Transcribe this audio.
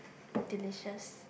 delicious